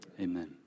Amen